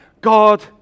God